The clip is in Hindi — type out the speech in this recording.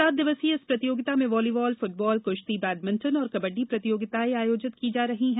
सात दिवसीय इस प्रतियोगिता में वालीबाल फूटबाल कृश्ती बैडमिंटन और कबड्डी प्रतियोगिताएं आयोजित की जा रही हैं